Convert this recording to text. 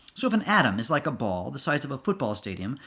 so if an atom is like a ball the size of a football stadium,